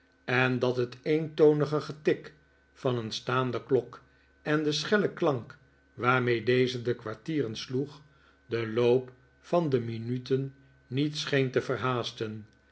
en dat het eentonige getik van een staande klok en de schelle klank waarmee deze de kwartieren sloeg den loop van de minuten niet scheen te